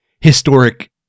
historic